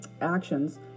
actions